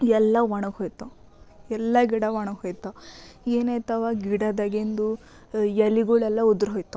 ಎಲ್ಲ ಒಣಗಿ ಹೋಗ್ತಾವೆ ಏಲ್ಲ ಗಿಡ ಒಣಗಿ ಹೋಗ್ತಾವೆ ಏನಾಗ್ತಾವೆ ಗಿಡದಾಗಿಂದು ಎಲೆಗಳೆಲ್ಲ ಉದರ್ಹೋಗ್ತಾವ